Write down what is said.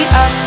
up